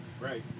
Right